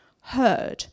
heard